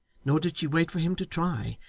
nor did she wait for him to try,